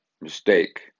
mistake